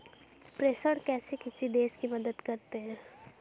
प्रेषण कैसे किसी देश की मदद करते हैं?